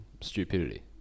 stupidity